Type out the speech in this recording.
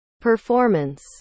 performance